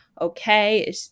Okay